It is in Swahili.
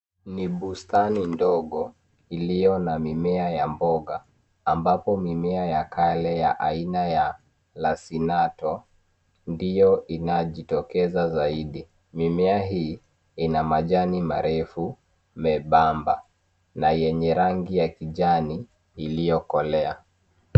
Ni bustai ndogo iliyo na mimea ya mboga ambapo mimea ya kale ya aina ya lasinato ndiyo inajitokeza zaidi. Mimea hii ina majani marefu membamba na yenye rangi ya kijani iliyokolea.